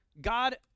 God